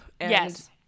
Yes